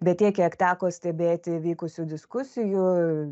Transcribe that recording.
bet tiek kiek teko stebėti vykusių diskusijų